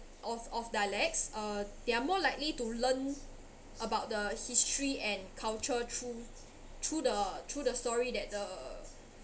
of of dialects uh they're more likely to learn about the history and culture through through the through the story that the